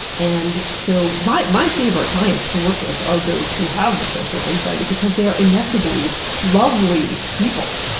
and so my my favorite clients to work with are those who have social anxiety because they are inevitably lovely people,